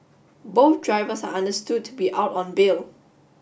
both drivers are understood to be out on bail